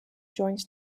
joins